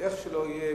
איך שלא יהיה,